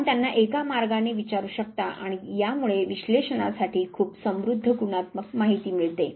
आपण त्यांना एका मार्गाने विचारू शकता आणि यामुळे विश्लेषनासाठी खूप समृद्ध गुणात्मक माहिती मिळते